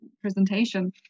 presentation